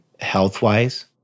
health-wise